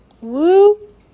Woo